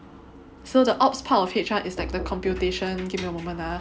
so the ops part of H_R is like the computation give me a moment ah